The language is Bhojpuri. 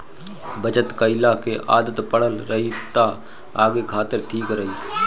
बचत कईला के आदत पड़ल रही त आगे खातिर ठीक रही